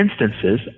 instances